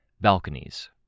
Balconies